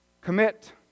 Commit